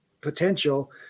potential